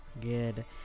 Good